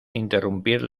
interrumpir